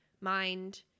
mind